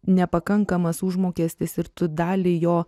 nepakankamas užmokestis ir tu dalį jo